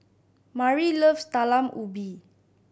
Murry loves Talam Ubi